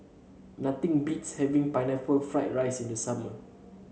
nothing beats having Pineapple Fried Rice in the summer